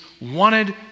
wanted